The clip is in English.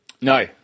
No